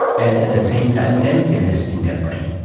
and at the same time and emptiness in their brain.